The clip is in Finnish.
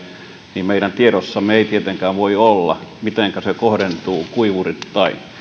niin meidän tiedossamme ei tietenkään voi olla mitenkä se kohdentuu kuivureittain